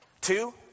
Two